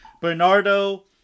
Bernardo